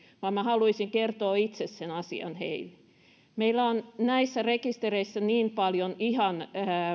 vaan minä haluaisin kertoa itse sen asian heille meillä on näissä rekistereissä niin paljon ihan